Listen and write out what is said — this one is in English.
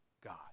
God